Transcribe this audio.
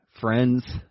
friends